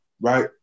right